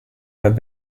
have